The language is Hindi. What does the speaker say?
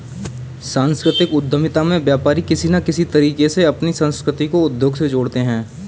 सांस्कृतिक उद्यमिता में व्यापारी किसी न किसी तरीके से अपनी संस्कृति को उद्योग से जोड़ते हैं